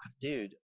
Dude